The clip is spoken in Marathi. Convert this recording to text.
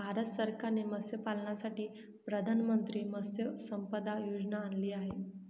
भारत सरकारने मत्स्यपालनासाठी प्रधानमंत्री मत्स्य संपदा योजना आणली आहे